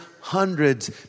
hundreds